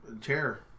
chair